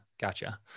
gotcha